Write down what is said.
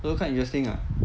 so quite interesting lah